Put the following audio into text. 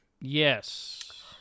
Yes